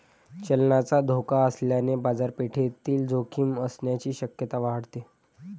चलनाचा धोका असल्याने बाजारपेठेतील जोखीम असण्याची शक्यता वाढते